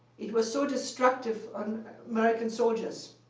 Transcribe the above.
it was so destructive on american soldiers.